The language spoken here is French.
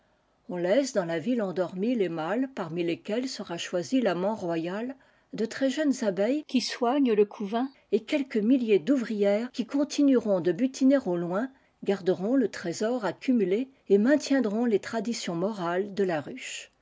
on laisse dans la ville endormie les mâles parmi lesquels sera choisi famant royal de très jeunes abeilles qui soignent le couvain et quejques milliers d'ouvrières qui continueront de butiner au loin garderont le trésor accumulé et maintiendront les traditions morales de la ruche